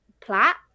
plat